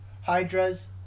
hydras